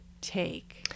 take